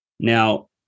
Now